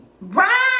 Right